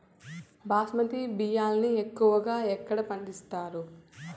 బాస్మతి బియ్యాన్ని ఎక్కువగా ఎక్కడ పండిస్తారు?